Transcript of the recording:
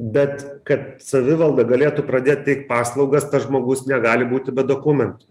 bet kad savivalda galėtų pradėt teikt paslaugas tas žmogus negali būti be dokumentų